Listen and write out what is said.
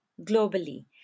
globally